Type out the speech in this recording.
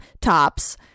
tops